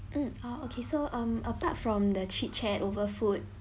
mm ah okay so um apart from the chit chat over food